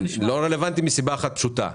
מסיבה אחת פשוטה,